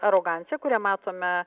aroganciją kurią matome